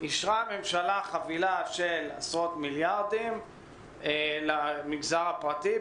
אישרה הממשלה חבילה של עשרות מיליארדים למגזר הפרטי.